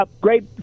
great